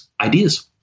ideas